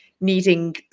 needing